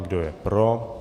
Kdo je pro?